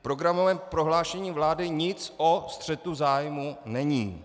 V programovém prohlášení vlády nic o střetu zájmů není.